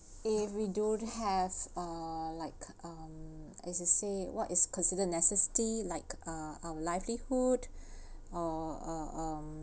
if we don't have uh like um as just said what is considered necessity like uh uh our livelihood or uh um